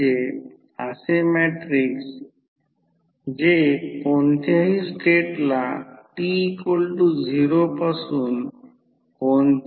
त्याचप्रमाणे जर K पेक्षा जास्त असेल तर ते स्टेप डाउन ट्रान्सफॉर्मर असेल